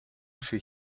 see